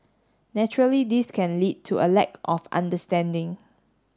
naturally this can lead to a lack of understanding